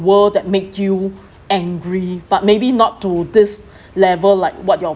world that make you angry but maybe not to this level like what your